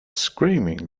screaming